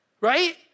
right